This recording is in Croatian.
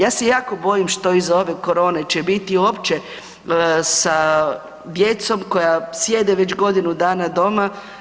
Ja se jako bojim što iza ove korone će biti uopće sa djecom koja sjede već godinu dana doma.